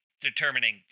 determining